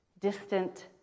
distant